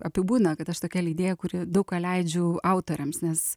apibūdina kad aš tokia leidėja kuri daug ką leidžiu autoriams nes